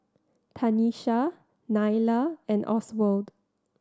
Tanisha Nylah and Oswald